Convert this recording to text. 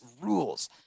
rules